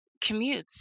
commutes